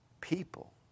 people